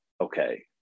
okay